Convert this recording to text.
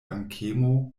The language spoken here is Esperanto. dankemo